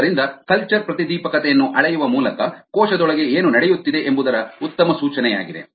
ಆದ್ದರಿಂದ ಕಲ್ಚರ್ ಪ್ರತಿದೀಪಕತೆಯನ್ನು ಅಳೆಯುವ ಮೂಲಕ ಕೋಶದೊಳಗೆ ಏನು ನಡೆಯುತ್ತಿದೆ ಎಂಬುದರ ಉತ್ತಮ ಸೂಚನೆಯಾಗಿದೆ